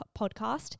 podcast